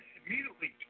immediately